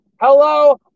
Hello